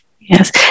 Yes